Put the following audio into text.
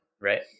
right